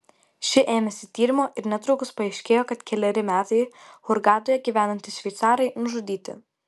ši ėmėsi tyrimo ir netrukus paaiškėjo kad keleri metai hurgadoje gyvenantys šveicarai nužudyti